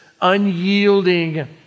unyielding